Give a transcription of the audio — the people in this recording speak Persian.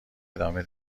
ادامه